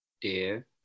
Dear